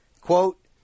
quote